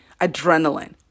adrenaline